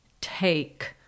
take